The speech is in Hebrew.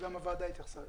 גם הוועדה התייחסה לזה.